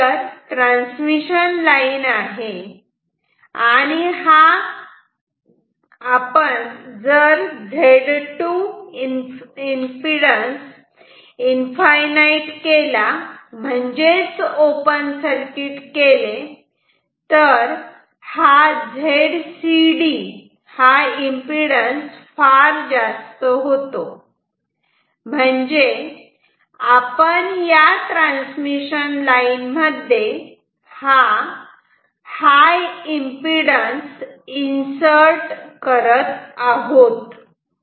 ही transmission line आहे आणि जर आपण Z2 इनफाईनाईट केला म्हणजेच हे ओपन सर्किट केले तर Zcd फार जास्त होतो म्हणजे आपण ट्रान्समिशन लाईन मध्ये फार हाय एम्पिडन्स इन्सर्ट करत आहोत